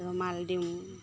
ৰুমাল দিওঁ